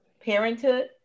parenthood